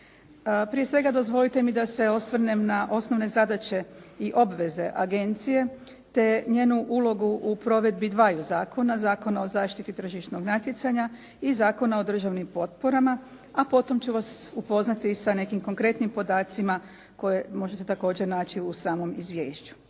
Prije svega dozvolite mi da se osvrnem na osnovne zadaće i obveze agencije te njenu ulogu u provedbi dvaju zakona: Zakona o zaštiti tržišnog natjecanja i Zakona o državnim potporama a potom ću vas upoznati i sa nekim konkretnim podacima koje možete također naći u samom izvješću.